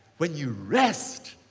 when you rest,